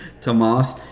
Tomas